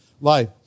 life